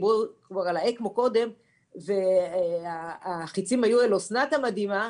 דיברו כבר על האקמו קודם והחיצים היו אל אסנת המדהימה,